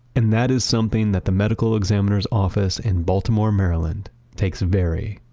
and that is something that the medical examiners office in baltimore, maryland takes very,